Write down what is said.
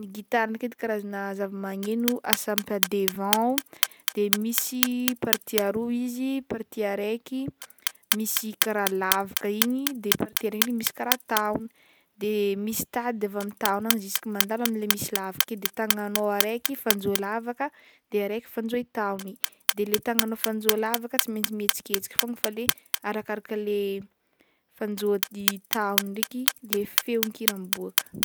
Ny gitara ndraiky edy karazagna zava-magneno asampy a devant o, de misy party aroy izy, party araiky misy karaha lavaka igny de party aray ndray misy karaha tahogny, de misy tady avy amy tahogny jusk'a mandalo amle misy lavaka i de tagnagnao araiky fanjoy lavaka de araiky fanjoy tahogny de le tagnagnao fanjoy lavaka tsy maintsy mihetsiketsiky fogna fa le arakaraka le fanjoy i tahogny ndraiky le feon-kira miboaka.